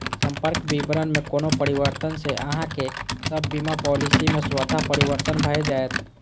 संपर्क विवरण मे कोनो परिवर्तन सं अहांक सभ बीमा पॉलिसी मे स्वतः परिवर्तन भए जाएत